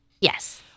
Yes